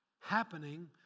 happening